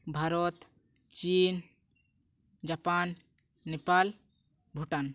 ᱵᱷᱟᱨᱚᱛ ᱪᱤᱱ ᱡᱟᱯᱟᱱ ᱱᱮᱯᱟᱞ ᱵᱷᱩᱴᱟᱱ